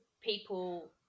people